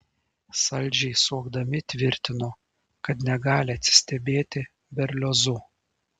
saldžiai suokdami tvirtino kad negali atsistebėti berliozu